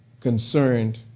concerned